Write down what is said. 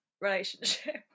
relationship